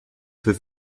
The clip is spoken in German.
für